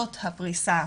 זאת הפריסה